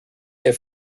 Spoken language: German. der